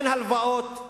אין הלוואות,